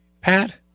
Pat